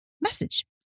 message